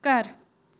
ਘਰ